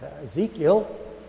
Ezekiel